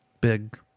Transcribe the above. big